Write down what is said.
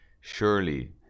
surely